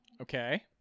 okay